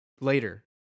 Later